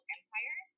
Empire